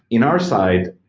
in our side,